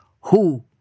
who